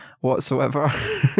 whatsoever